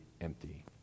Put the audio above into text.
empty